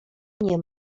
nie